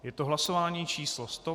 Je to hlasování číslo 100.